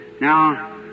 Now